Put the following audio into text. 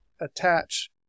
attach